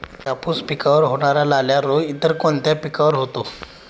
कापूस पिकावर होणारा लाल्या रोग इतर कोणत्या पिकावर होतो?